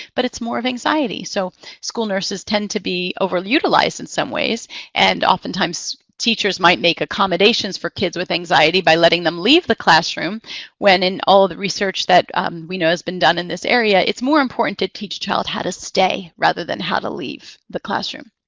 but it's more of anxiety. so school nurses tend to be over-utilized in some ways and oftentimes teachers might make accommodations for kids with anxiety by letting them leave the classroom when in all of the research that we know has been done in this area, it's more important to teach a child how to stay rather than how to leave the classroom.